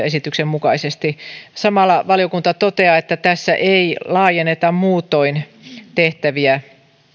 esityksen mukaisesti samalla valiokunta toteaa että tässä ei laajenneta muutoin tehtäviä